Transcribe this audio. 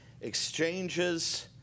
exchanges